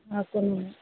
हँ कोन